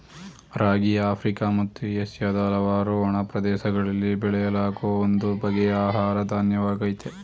ರಾಗಿ Africa ಮತ್ತು ಏಷ್ಯಾದ ಹಲವಾರು ಒಣ ಪ್ರದೇಶಗಳಲ್ಲಿ ಬೆಳೆಯಲಾಗೋ ಒಂದು ಬಗೆಯ ಆಹಾರ ಧಾನ್ಯವಾಗಯ್ತೆ